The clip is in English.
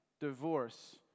divorce